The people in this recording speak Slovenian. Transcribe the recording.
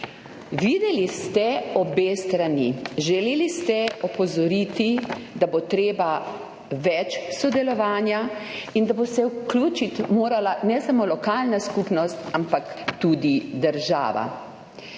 Videli ste obe strani. Želeli ste opozoriti, da bo treba več sodelovati in da se bo morala vključiti ne samo lokalna skupnost, ampak tudi država.